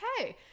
okay